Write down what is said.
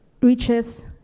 reaches